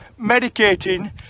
Medicating